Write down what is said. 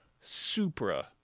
Supra